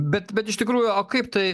bet bet iš tikrųjų o kaip tai